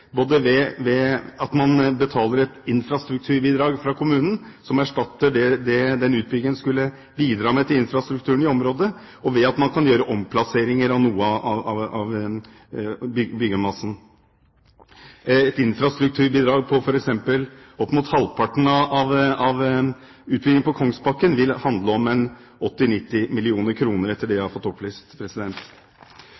den utbyggingen skulle bidra med til infrastrukturen i området, og ved at man kan gjøre omplasseringer av noe av bygningsmassen. Et infrastrukturbidrag på f.eks. opp mot halvparten av utbyggingen på Kongsbakken vil handle om 80–90 mill. kr etter det jeg